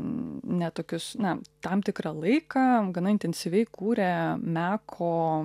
ne tokius na tam tikrą laiką gana intensyviai kūrė meko